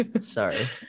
Sorry